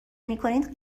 میکنید